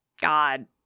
god